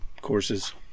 courses